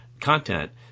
content